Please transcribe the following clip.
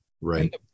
Right